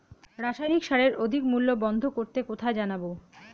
রাসায়নিক সারের অধিক মূল্য বন্ধ করতে কোথায় জানাবো?